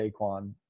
Saquon